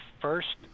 first